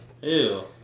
Ew